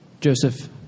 Joseph